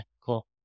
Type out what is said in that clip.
cool